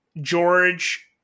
George